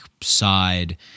side